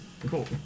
Cool